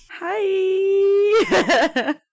Hi